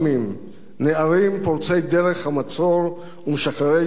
נערים פורצי דרך המצור ומשחררי ירושלים,